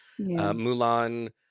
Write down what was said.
Mulan